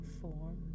form